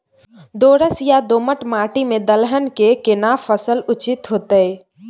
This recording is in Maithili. दोरस या दोमट माटी में दलहन के केना फसल उचित होतै?